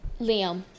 Liam